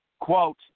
quote